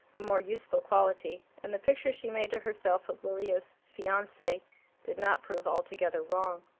a more useful quality, and the picture she made to herself of lilia's fiance did not prove altogether wrong.